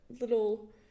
little